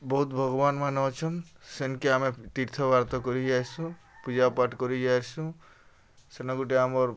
ବହୁତ୍ ଭଗବାନ୍ମାନେ ଅଛନ୍ ସେନ୍କେ ଆମେ ତୀର୍ଥବାର୍ଥ କରି ଯାଏସୁଁ ପୂଜାପାଠ୍ କରି ଯାଏସୁଁ ସେନେ ଗୁଟେ ଆମର୍